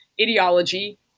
ideology